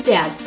Dad